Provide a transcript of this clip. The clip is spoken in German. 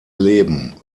leben